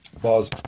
Pause